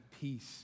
peace